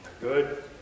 good